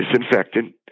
disinfectant